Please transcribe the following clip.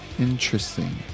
Interesting